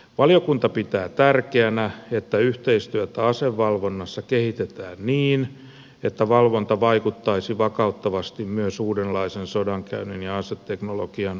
valiokunta pitää tärkeänä että yhteistyötä asevalvonnassa kehitetään niin että valvonta vaikuttaisi vakauttavasti myös uudenlaisen sodankäynnin ja aseteknologian aikakaudella